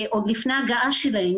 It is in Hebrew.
עוד לפני ההגעה שלהם.